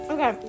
Okay